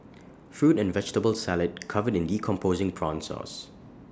fruit and vegetable salad covered in decomposing prawn sauce